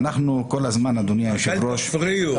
אדוני היושב ראש,